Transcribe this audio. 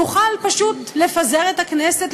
יוכל פשוט לפזר את הכנסת,